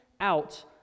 out